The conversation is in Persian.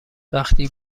وقتی